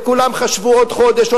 וכולם חשבו עוד חודש,